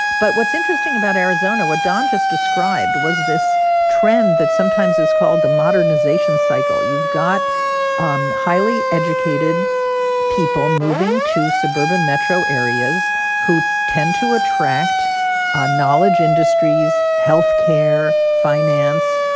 but what's interesting about arizona what don just described was this trend that sometimes is called the modernization cycle. you've got um highly educated people moving to suburban metro areas who tend to attract ah knowledge industries health care, finance.